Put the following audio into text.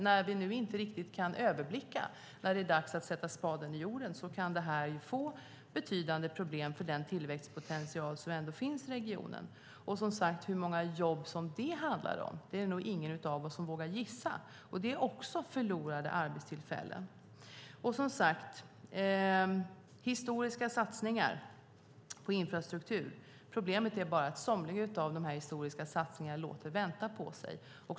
När vi nu inte riktigt kan överblicka när det är dags att sätta spaden i jorden kan det innebära betydande problem för den tillväxtpotential som finns i regionen. Hur många jobb det handlar om är det nog ingen av oss som vågar gissa, men det rör sig om förlorade arbetstillfällen. Statsrådet talar om historiska satsningar på infrastruktur. Problemet är bara att somliga av de historiska satsningarna låter vänta på sig.